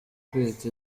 kwita